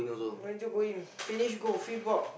don't need to go in finish goals fit board